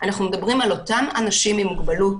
אנחנו מדברים על אותם אנשים עם מוגבלות,